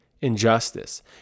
injustice